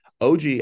OG